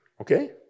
okay